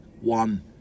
One